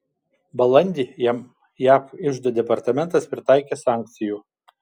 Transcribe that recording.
balandį jam jav iždo departamentas pritaikė sankcijų